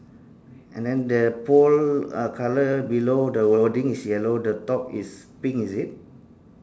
and then the pole uh colour below the wording is yellow the top is pink is it